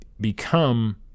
become